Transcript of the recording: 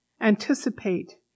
anticipate